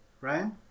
Ryan